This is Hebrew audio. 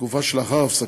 ולתקופה שלאחר הפסקתה,